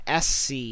SC